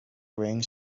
rings